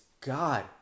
God